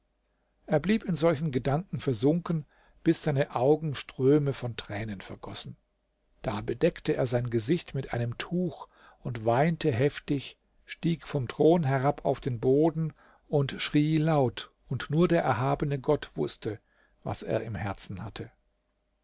er blieb in solchen gedanken versunken bis seine augen ströme von tränen vergossen da bedeckte er sein gesicht mit einem tuch und weinte heftig stieg vom thron herab auf den boden und schrie laut und nur der erhabene gott wußte was er im herzen hatte